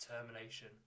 determination